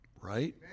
Right